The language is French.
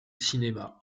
cinéma